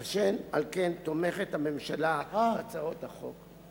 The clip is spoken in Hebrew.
אשר על כן, הממשלה תומכת בהצעות החוק.